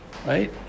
Right